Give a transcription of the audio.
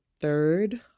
third